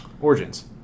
Origins